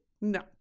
No